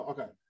Okay